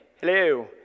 hello